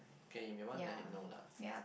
okay we want let him know lah